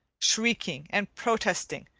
shrieking and protesting,